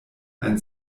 ein